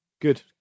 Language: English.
Good